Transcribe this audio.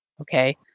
Okay